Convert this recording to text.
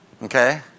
Okay